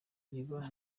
riba